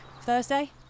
Thursday